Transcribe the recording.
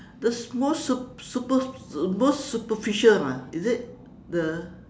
the most sup~ super~ most superficial lah is it the